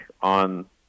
on